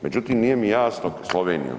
Međutim, nije mi jasno, Slovenijom.